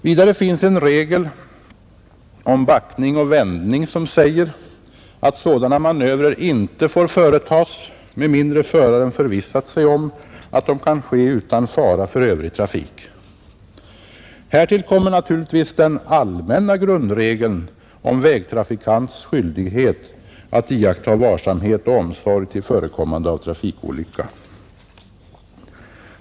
Vidare finns en regel om backning och vändning som säger, att sådana manövrer inte får företas med mindre föraren förvissat sig om att de kan ske utan fara för övrig trafik. Härtill kommer naturligtvis den allmänna grundregeln om vägtrafikants skyldighet att iaktta varsamhet och omsorg till förekommande av trafikolycka.